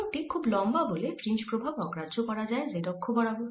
চোঙ টি খুব লম্বা বলে ফ্রিঞ্জ প্রভাব অগ্রাহ্য করা যায় z অক্ষ বরাবর